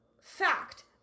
fact